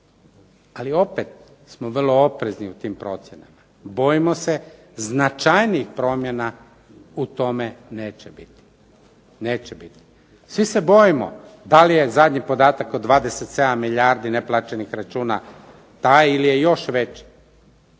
Ali opet smo vrlo oprezni u tim procjenama, bojimo se značajnijih promjena u tome neće biti. Svi se bojimo da li je zadnji podatak od 27 milijardi neplaćenih računa taj ili je još veći.